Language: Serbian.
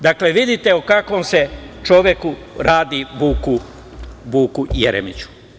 Dakle, vidite o kakvom se čoveku radi, Vuku Jeremiću.